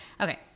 Okay